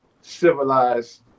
civilized